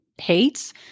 hates